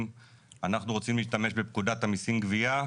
אנחנו רוצים להשתמש בפקודת המיסים (גבייה),